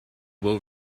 will